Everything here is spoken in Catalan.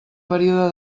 període